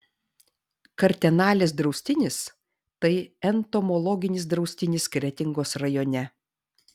kartenalės draustinis tai entomologinis draustinis kretingos rajone